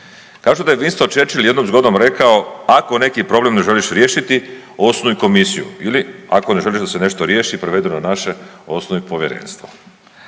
Kažu da je Winston Churchill jednom zgodom rekao, ako neki problem ne želiš riješiti, osnuj komisiju. Ili ako ne želiš da se nešto riješi, prevedeno na naše, osnuj povjerenstvo.